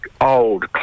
Old